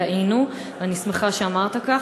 טריליון שקל,